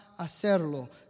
hacerlo